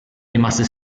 rimaste